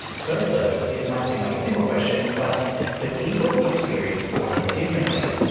first though, it might seem like a simple question but do people experience boredom differently?